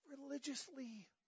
religiously